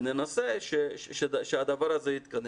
וננסה שהדבר הזה יתקדם.